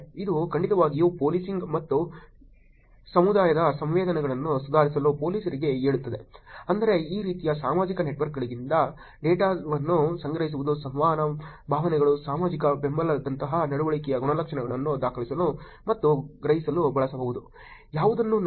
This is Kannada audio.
ಇದು ಖಂಡಿತವಾಗಿಯೂ ಪೋಲೀಸಿಂಗ್ ಮತ್ತು ಸಮುದಾಯ ಸಂವೇದನೆಯನ್ನು ಸುಧಾರಿಸಲು ಪೊಲೀಸರಿಗೆ ಹೇಳುತ್ತದೆ ಅಂದರೆ ಈ ರೀತಿಯ ಸಾಮಾಜಿಕ ನೆಟ್ವರ್ಕ್ಗಳಿಂದ ಡೇಟಾವನ್ನು ಸಂಗ್ರಹಿಸುವುದು ಸಂವಹನ ಭಾವನೆಗಳು ಸಾಮಾಜಿಕ ಬೆಂಬಲದಂತಹ ನಡವಳಿಕೆಯ ಗುಣಲಕ್ಷಣಗಳನ್ನು ದಾಖಲಿಸಲು ಮತ್ತು ಗ್ರಹಿಸಲು ಬಳಸಬಹುದು